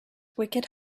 wicked